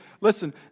Listen